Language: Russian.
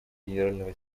генерального